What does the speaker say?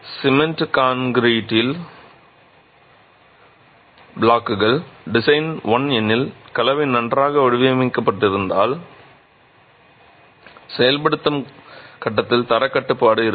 cement concrete பிளாக்குகள் design I எனில் கலவை நன்றாக வடிவமைக்கப்பட்டிருந்தால் செயல்படுத்தும் கட்டத்தில் தரக் கட்டுப்பாடு இருக்கும்